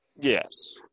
Yes